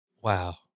Wow